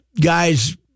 guys